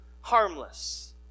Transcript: harmless